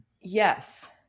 Yes